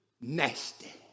Nasty